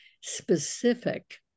specific